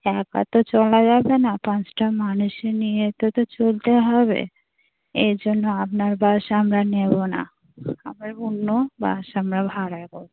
একা তো চলা যাবে না পাঁচটা মানুষে নিয়ে তো ওটা চলতে হবে এজন্য আপনার বাস আমরা নেবো না আমরা অন্য বাস আমরা ভাড়ায় করবো